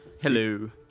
hello